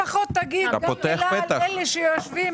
לפחות תגיד גם מילה על אלה שיושבים,